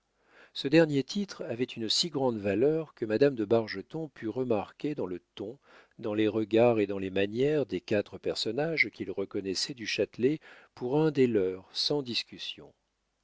ce dernier titre avait une si grande valeur que madame de bargeton put remarquer dans le ton dans les regards et dans les manières des quatre personnages qu'ils reconnaissaient du châtelet pour un des leurs sans discussion